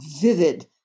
vivid